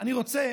אני רוצה